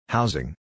Housing